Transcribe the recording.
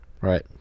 Right